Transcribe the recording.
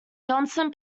johnson